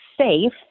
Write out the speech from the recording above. safe